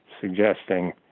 suggesting